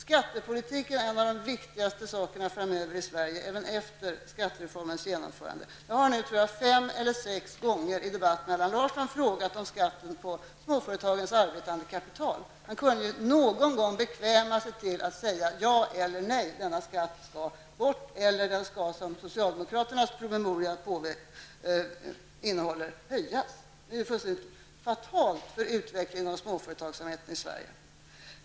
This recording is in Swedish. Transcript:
Skattepolitiken är en av de viktigaste sakerna framöver i Sverige, även efter skattereformens genomförande. Jag tror att jag nu fem eller sex gånger i debatter med Allan Larsson har frågat om skatten på småföretagens arbetande kapital. Han kunde någon gång bekväma sig till att svara ja eller nej på frågan om denna skatt skall bort eller om den, enligt socialdemokraternas promemoria, skall höjas. Det vore fullständigt fatalt för utvecklingen av småföretagsamheten i Sverige.